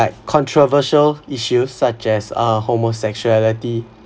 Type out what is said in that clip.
like controversial issues such as uh homosexuality